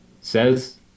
says